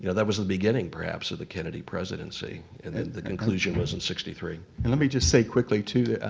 you know that was the beginning, perhaps, of the kennedy presidency. and the conclusion was in sixty three. and let me just say quickly to,